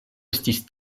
estis